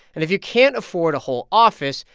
and if you can't afford a whole office,